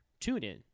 TuneIn